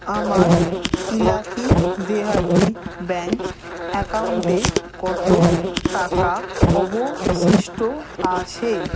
আমার ইলাকি দেহাতি ব্যাঙ্ক অ্যাকাউন্টে কত টাকা অবশিষ্ট আছে